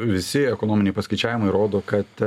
visi ekonominiai paskaičiavimai rodo kad